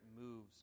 moves